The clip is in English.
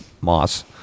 moss